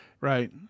right